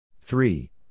Three